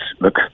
look